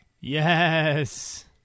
Yes